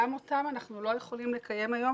גם אותם אנחנו לא יכולים לקיים היום